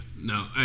No